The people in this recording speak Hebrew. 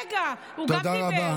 רגע, הוא גם דיבר.